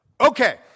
Okay